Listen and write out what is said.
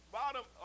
bottom